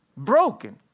Broken